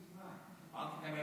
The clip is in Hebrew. הקטע השני של הנאום שהזכרתי קודם,